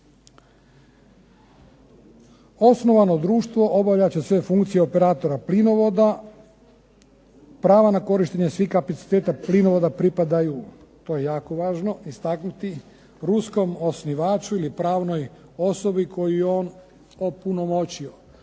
Osnovano društvo obavljat će sve funkcije operatora plinovoda, prava na korištenje svih kapaciteta plinovoda pripadaju, to je jako važno istaknuti, ruskom osnivaču ili pravnoj osobi koju je on opunomoćio.